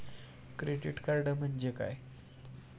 Credit card म्हणजे काय?